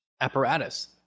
apparatus